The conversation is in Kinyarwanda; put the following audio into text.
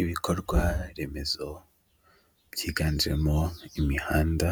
Ibikorwa remezo byiganjemo imihanda